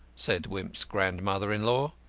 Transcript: said wimp's grandmother-in-law,